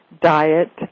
diet